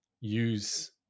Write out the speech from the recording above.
use